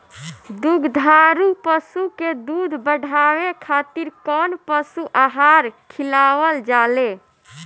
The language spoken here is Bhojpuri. दुग्धारू पशु के दुध बढ़ावे खातिर कौन पशु आहार खिलावल जाले?